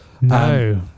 No